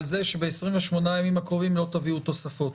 זה שב-28 ימים הקרובים לא תביאו תוספות.